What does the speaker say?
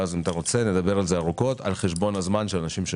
ואז אם אתה רוצה נדבר על זה ארוכות